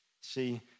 See